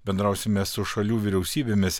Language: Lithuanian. bendrausime su šalių vyriausybėmis